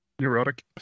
neurotic